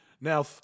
Now